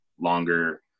longer